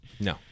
No